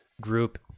group